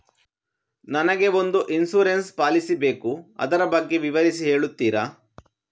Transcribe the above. ನನಗೆ ಒಂದು insurance policy ಬೇಕು ಅದರ ಬಗ್ಗೆ ವಿವರಿಸಿ ಹೇಳುತ್ತೀರಾ?